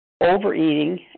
overeating